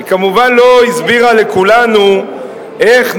היא כמובן לא הסבירה לכולנו איך,